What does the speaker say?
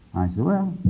i said, well,